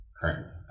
currently